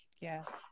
yes